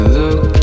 look